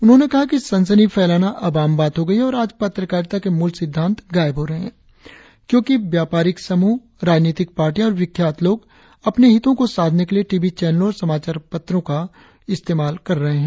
उन्होंने कहा कि सनसनी फैलाना अब आम बात हो गई है और आज पत्रकारिता के मूल सिद्धांत गायब हो रहे है क्योंकि व्यापारिक समूह राजनीतिक पार्टियां और विख्यात लोग अपने हितों को साधने के लिए टीवी चैनलों और समाचार पत्रों का इस्तेमाल कर रहे है